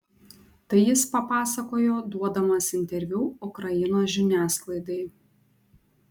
tai jis papasakojo duodamas interviu ukrainos žiniasklaidai